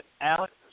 Alex